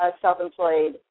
self-employed